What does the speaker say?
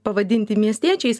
pavadinti miestiečiais